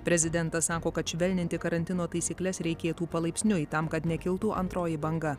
prezidentas sako kad švelninti karantino taisykles reikėtų palaipsniui tam kad nekiltų antroji banga